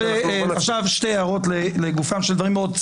עכשיו שתי הערות קצרות מאוד לגופם של דברים.